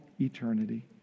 eternity